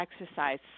exercise